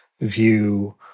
view